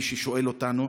למי ששואל אותנו,